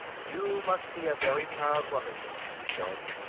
you must be a very proud woman, she said.